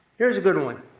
here's a good one.